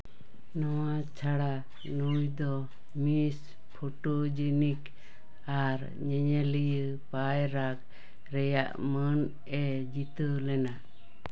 ᱱᱚᱣᱟ ᱪᱷᱟᱲᱟ ᱱᱩᱭ ᱫᱚ ᱢᱤᱥ ᱯᱷᱚᱴᱳᱡᱮᱱᱤᱠ ᱟᱨ ᱧᱮᱧᱞᱤᱭᱟᱹ ᱩᱯᱟᱭᱨᱟᱜᱽ ᱨᱮᱭᱟᱜ ᱢᱟᱹᱱ ᱮ ᱡᱤᱛᱟᱹᱣ ᱞᱮᱱᱟ